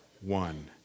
one